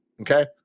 okay